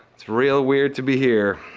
it's real weird to be here.